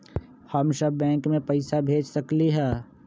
हम सब बैंक में पैसा भेज सकली ह?